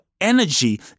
energy